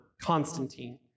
Constantine